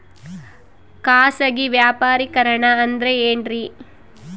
ಖಾಸಗಿ ವ್ಯಾಪಾರಿಕರಣ ಅಂದರೆ ಏನ್ರಿ?